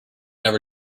never